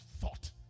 thought